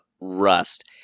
Rust